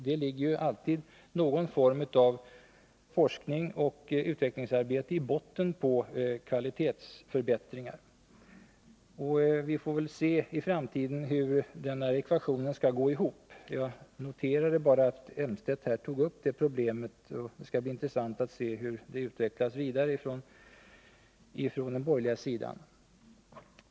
Det ligger alltid någon form av forskning och utvecklingsarbete i botten på kvalitetsförbättringar. Vi får väl i framtiden se hur den här ekvationen går ihop. Jag noterar här bara att Claes Elmstedt tog upp det problemet, och det skall bli intressant att se hur det utvecklas vidare från den borgerliga sidan.